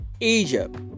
Egypt